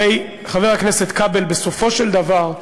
הרי, חבר הכנסת כבל, בסופו של דבר,